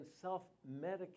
self-medicate